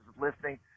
listening